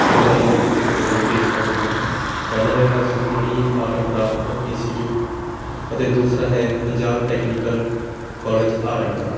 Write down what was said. ਸਿਖਲਾਈ ਜਾਂ ਵਿਦਿਅਕ ਪ੍ਰੋਗਰਾਮ ਪੇਸ਼ ਕਰਦੇ ਹਨ ਪਹਿਲਾ ਹੈਗਾ Sukhmani art and craft institute ਅਤੇ ਦੂਸਰਾ ਹੈ Punjab technical college art and craft